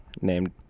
named